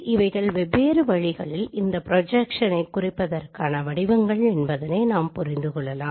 எனவே இந்த ப்ரொஜெக்ஷன் மேட்ரிக்ஸைக் குறிக்கக்கூடிய வெவ்வேறு வழிகள் இவைகளே இந்த வடிவங்களில் இருந்து இவை அனைத்தையும் புரிந்து கொள்ள முடியும்